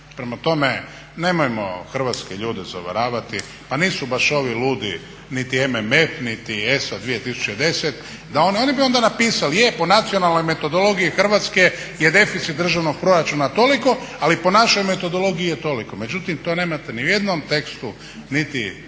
Prema tome, nemojmo hrvatske ljude zavaravati, pa nisu baš ovi ludi niti MMF niti ESA 2010 onda bi oni napisali, je po nacionalnoj metodologiji Hrvatske je deficit državnog proračuna toliko, ali po našoj metodologiji je toliko. Međutim to nemate ni u jednom tekstu niti